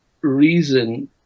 reason